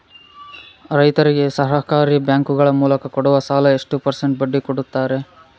ರೈತರಿಗೆ ಸಹಕಾರಿ ಬ್ಯಾಂಕುಗಳ ಮೂಲಕ ಕೊಡುವ ಸಾಲ ಎಷ್ಟು ಪರ್ಸೆಂಟ್ ಬಡ್ಡಿ ಕೊಡುತ್ತಾರೆ?